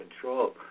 control